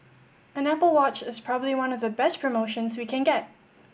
an Apple Watch is probably one the best promotions we can get